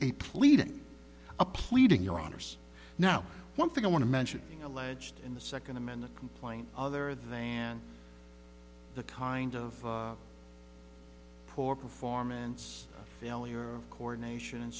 pleading a pleading your honour's now one thing i want to mention alleged in the second amendment complaint other than the kind of poor performance failure co ordination and